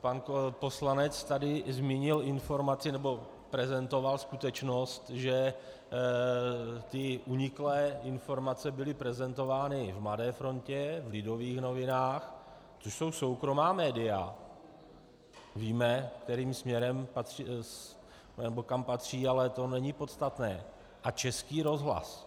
Pan poslanec tady zmínil informaci, nebo prezentoval skutečnost, že uniklé informace byly prezentovány v Mladé frontě, v Lidových novinách, což jsou soukromá média, víme, kterým směrem patří, ale to není podstatné, a Český rozhlas.